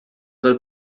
del